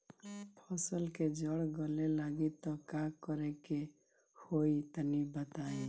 फसल के जड़ गले लागि त का करेके होई तनि बताई?